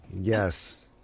Yes